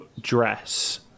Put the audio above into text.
dress